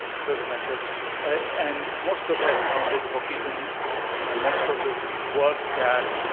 i thought the method and most of that sounded hokey to me. and most of the work that